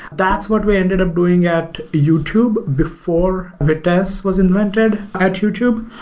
that's what we ended up doing at youtube before vitess was invented at youtube,